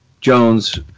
Jones